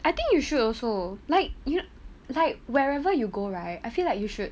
I think you should also like you like wherever you go right I feel like you should